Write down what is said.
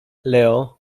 leo